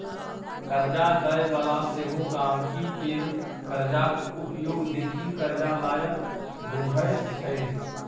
करजा दय बला सेहो गांहिकी केर करजाक उपयोग देखि करजा लायक बुझय छै